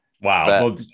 Wow